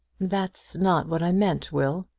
that's not what i meant, will.